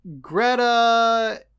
greta